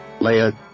Leia